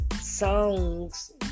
songs